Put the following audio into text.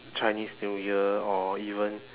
chinese new year or even